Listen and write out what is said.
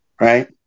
Right